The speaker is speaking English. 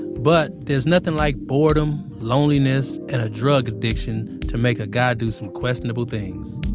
but there's nothing like boredom loneliness, and a drug addiction to make a guy do some questionable things